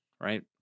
right